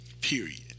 Period